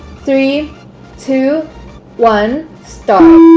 three two one stop